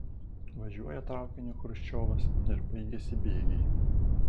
važiuoja traukiniu chruščiovas ir baigiasi bėgiai